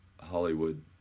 Hollywood